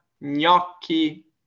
gnocchi